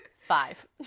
Five